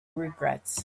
regrets